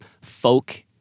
folk